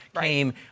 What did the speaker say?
came